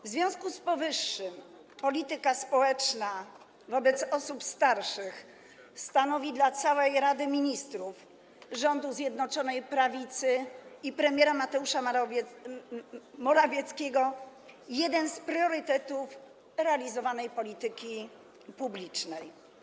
W związku z powyższym polityka społeczna wobec osób starszych stanowi dla całej Rady Ministrów, rządu Zjednoczonej Prawicy i premiera Mateusza Morawieckiego jeden z priorytetów realizowanej polityki publicznej.